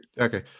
Okay